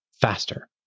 faster